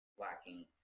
lacking